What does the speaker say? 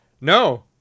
No